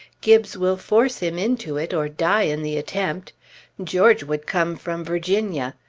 gibbes will force him into it, or die in the attempt george would come from virginia.